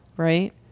right